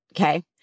Okay